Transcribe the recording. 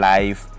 Life